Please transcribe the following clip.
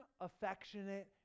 affectionate